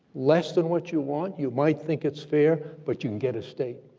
less than what you want, you might think it's fair, but you can get a state,